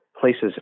places